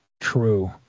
True